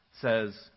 says